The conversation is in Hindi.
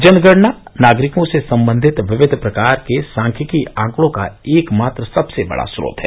जनगणना नागरिकों से संबंधित विविव प्रकार के सांख्यिकी आंकड़ों का एक मात्र सबसे बड़ा चोत्र है